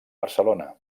barcelona